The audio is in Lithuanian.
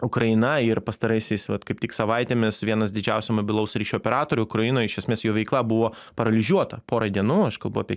ukraina ir pastaraisiais vat kaip tik savaitėmis vienas didžiausių mobilaus ryšio operatorių ukrainoj iš esmės jų veikla buvo paralyžiuota porai dienų aš kalbu apie